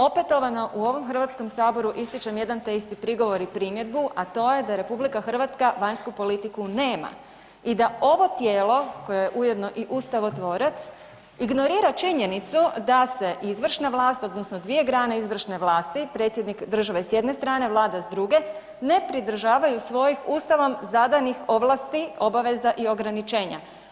Opetovano u ovom HS ističem jedan te isti prigovor i primjedbu, a to je da RH vanjsku politiku nema i da ovo tijelo koje je ujedno i ustavotvorac ignorira činjenicu da se izvršna vlast odnosno dvije grane izvršne vlasti, predsjednik države s jedne strane, vlada s druge, ne pridržavaju svojih ustavom zadanih ovlasti, obaveza i ograničenja.